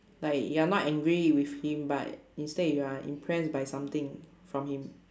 like you're not angry with him but instead you are impressed by something from him